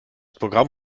programm